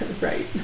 Right